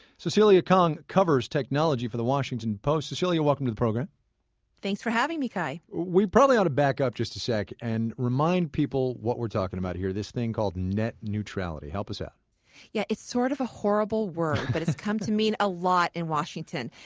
cecilia kang covers technology for the washington post. cecilia, welcome to the program thanks for having me, kai we probably ought to back up just a sec, and remind people what we're talking about here. this thing called net neutrality. help us out yeah it's sort of a horrible word, but it's come to mean a lot in washington.